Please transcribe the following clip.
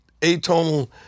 atonal